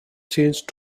changed